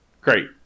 great